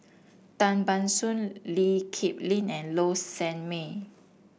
Tan Ban Soon Lee Kip Lin and Low Sanmay